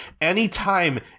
anytime